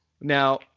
Now –